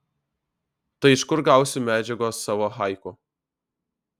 tai iš kur gausiu medžiagos savo haiku